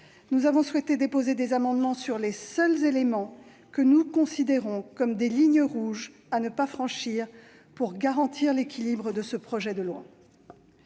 Nous avons souhaité déposer des amendements sur les seuls éléments que nous considérons comme des lignes rouges à ne pas franchir pour garantir l'équilibre du projet de loi.